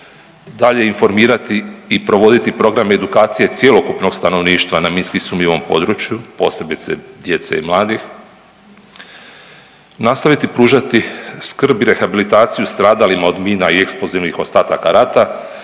dalje informirati i provoditi program edukacije cjelokupnog stanovništva na minski sumnjivom području, posebice i djece i mladih. Nastaviti pružati skrb i rehabilitaciju stradalima od mina i eksplozivnih ostataka rata